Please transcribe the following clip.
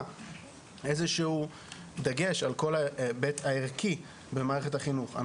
איזשהו דגש על כל ההיבט הערכי במערכת החינוך.